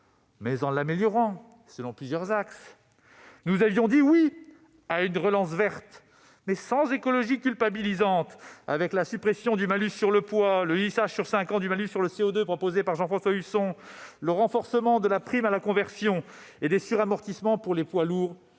mais en l'améliorant selon plusieurs axes. Nous avons dit « oui » à une relance verte, mais sans écologie culpabilisante, avec la suppression du malus sur le poids, le lissage sur cinq ans du malus sur le CO2 proposé par le rapporteur général, le renforcement de la prime à la conversion et des suramortissements pour les poids lourds